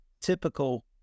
typical